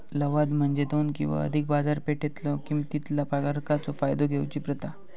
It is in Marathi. लवाद म्हणजे दोन किंवा अधिक बाजारपेठेतलो किमतीतला फरकाचो फायदा घेऊची प्रथा